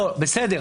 לא, בסדר.